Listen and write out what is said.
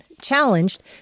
challenged